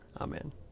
Amen